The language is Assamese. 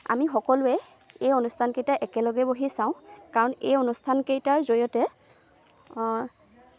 আমি সকলোৱে এই অনুষ্ঠানকেইটা একেলগে বহি চাওঁ কাৰণ এই অনুষ্ঠানকেইটাৰ জৰিয়তে